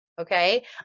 okay